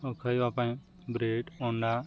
ଓ ଖାଇବା ପାଇଁ ବ୍ରେଡ଼୍ ଅଣ୍ଡା